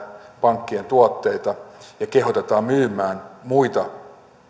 pankkien tuotteita ja kehotetaan myymään muita